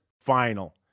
final